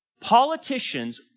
politicians